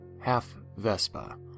half-vespa